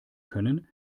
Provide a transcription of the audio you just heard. können